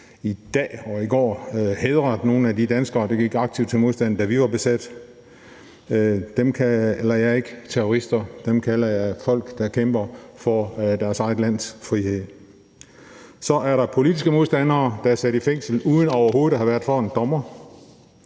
når det gælder nogle af de danskere, der gik aktivt til modstand, da vi var besat. Dem kalder jeg ikke terrorister, dem kalder jeg folk, der kæmper for deres eget lands frihed. Så er der politiske modstandere, der er sat i fængsel uden overhovedet at have været for en dommer.